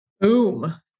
Boom